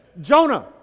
Jonah